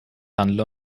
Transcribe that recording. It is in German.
handle